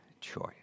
choice